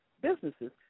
businesses